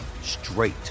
straight